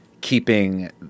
keeping